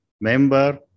member